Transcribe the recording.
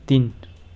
तिन